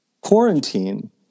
quarantine